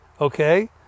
okay